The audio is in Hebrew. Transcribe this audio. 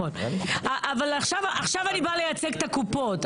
אבל עכשיו אני באה לייצג את הקופות.